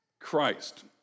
Christ